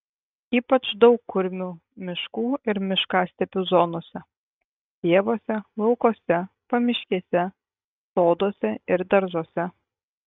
ypač daug kurmių miškų ir miškastepių zonose pievose laukuose pamiškėse soduose ir daržuose